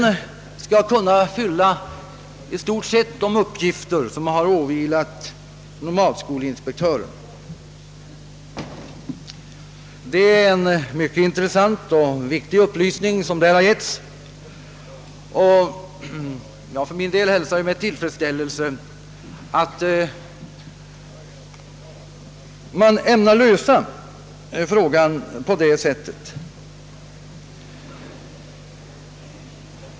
I denna tjänst skall ingå i stort sett de uppgifter som har åvilat nomadskolinspektören. Detta är en mycket intressant och viktig upplysning, och jag för min del hälsar med tillfredsställelse att man ämnar lösa frågan på det sättet.